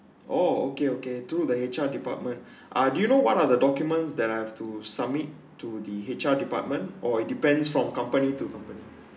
oh okay okay through the H_R department ah do you know what are the documents that I have to submit to the H_R department or depends from company to company